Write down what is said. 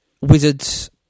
wizards